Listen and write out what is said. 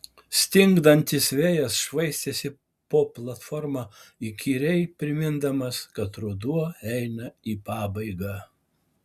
stingdantis vėjas švaistėsi po platformą įkyriai primindamas kad ruduo eina į pabaigą